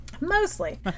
Mostly